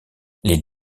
les